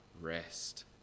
rest